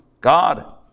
God